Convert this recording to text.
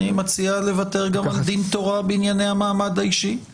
אני מציע לוותר גם על דין תורה בענייני המעמד האישי.